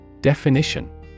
Definition